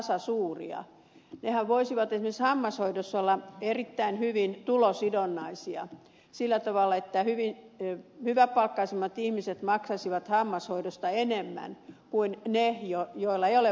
nehän voisivat esimerkiksi hammashoidossa olla erittäin hyvin tulosidonnaisia sillä tavalla että hyväpalkkaisimmat ihmiset maksaisivat hammashoidosta enemmän kuin ne joilla ei ole varaa maksaa